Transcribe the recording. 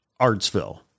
Artsville